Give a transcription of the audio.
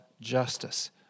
justice